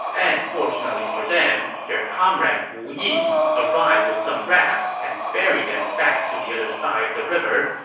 and fortunately for them, their comrade wu yi arrived with some rafts and ferried them back to the other side of the river,